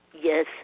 Yes